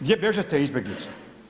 Gdje bježe te izbjeglice?